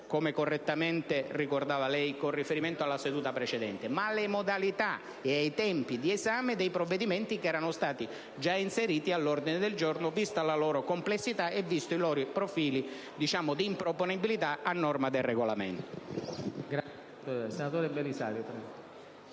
come correttamente lei ha ricordato, alla seduta precedente, bensì alle modalità ed ai tempi di esame dei provvedimenti che erano stati già inseriti all'ordine del giorno, visti la loro complessità ed i loro profili di improponibilità a norma del Regolamento.